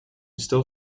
still